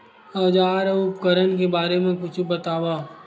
औजार अउ उपकरण के बारे मा कुछु बतावव?